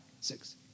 six